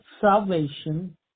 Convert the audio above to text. salvation